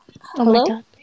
Hello